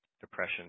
depression